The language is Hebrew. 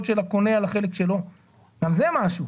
של הקונה על החלק שלו וגם זה משהו.